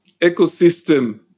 ecosystem